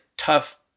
tough